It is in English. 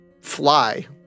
fly